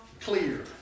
clear